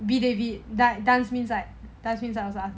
be david dance dance me side also ask me